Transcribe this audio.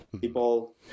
people